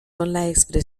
movimiento